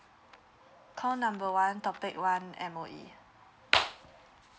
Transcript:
call number one topic one M_O_E